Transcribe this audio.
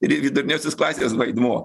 ir viduriniosios klasės vaidmuo